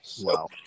Wow